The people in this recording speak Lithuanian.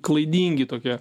klaidingi tokie